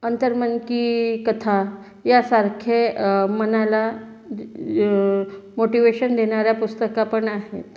अंतर्मन की कथा यांसारखे मनाला द् मोटिवेशन देण्याऱ्या पुस्तक पण आहेत